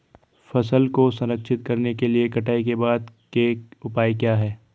फसल को संरक्षित करने के लिए कटाई के बाद के उपाय क्या हैं?